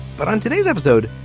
but on today's episode,